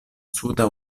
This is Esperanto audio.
suda